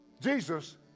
Jesus